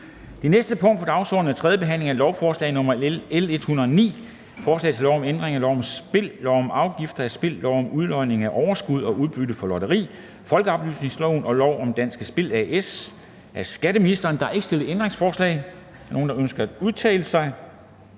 Det næste punkt på dagsordenen er: 10) 3. behandling af lovforslag nr. L 109: Forslag til lov om ændring af lov om spil, lov om afgifter af spil, lov om udlodning af overskud og udbytte fra lotteri, folkeoplysningsloven og lov om Danske Spil A/S. (Sammenlægning af Danske Spil A/S og Det Danske Klasselotteri